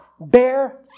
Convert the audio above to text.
bear